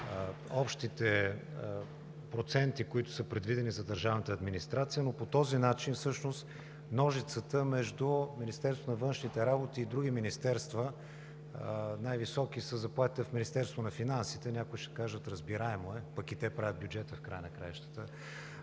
общите проценти, които са предвидени за държавната администрация, но по този начин всъщност се увеличава ножицата между Министерството на външните работи и други министерства. Най-високи са заплатите в Министерството на финансите. Някои ще кажат – разбираемо е, пък и те правят бюджета в края на краищата.